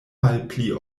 malpli